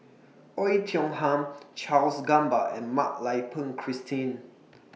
Oei Tiong Ham Charles Gamba and Mak Lai Peng Christine